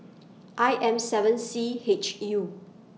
I M seven C H U